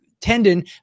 tendon